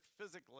physically